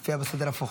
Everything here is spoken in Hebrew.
זה מופיע בסדר הפוך,